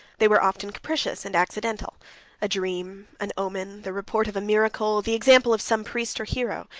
they were often capricious and accidental a dream, an omen, the report of a miracle, the example of some priest, or hero,